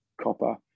copper